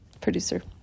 producer